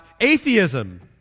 atheism